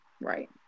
right